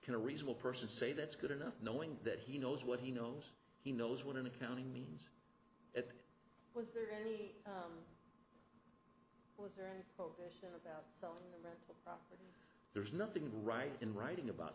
can a reasonable person say that's good enough knowing that he knows what he knows he knows what an accounting means over there's nothing right in writing about